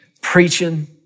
preaching